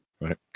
right